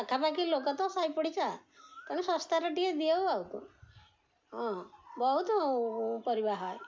ପାଖାପାଖି ଲୋକ ତ ସାହି ପଡ଼ିଶା ତେଣୁ ଶସ୍ତାରେ ଟିକେ ଦେଉ ଆଉ କ'ଣ ହଁ ବହୁତ ପରିବା ହୁଏ